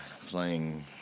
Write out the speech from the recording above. playing